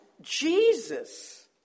Jesus